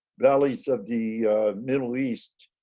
valleys of the middle east.